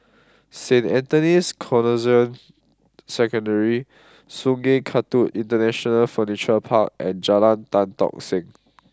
Saint Anthony's Canossian Secondary Sungei Kadut International Furniture Park and Jalan Tan Tock Seng